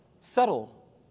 subtle